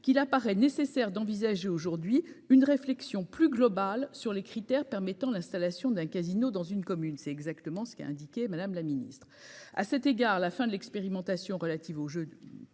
qu'il apparaît nécessaire d'envisager aujourd'hui une réflexion plus globale sur les critères permettant l'installation d'un casino dans une commune c'est exactement ce qu'a indiqué Madame la Ministre à cet égard, la fin de l'expérimentation relatives au jeu. Parisien